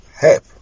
help